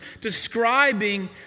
describing